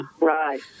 right